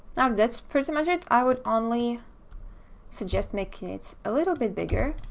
now that's pretty much it. i would only suggest making it a little bit bigger.